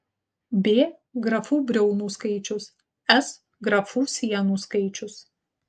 b grafų briaunų skaičius s grafų sienų skaičius